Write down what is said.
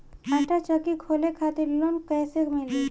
आटा चक्की खोले खातिर लोन कैसे मिली?